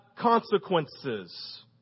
consequences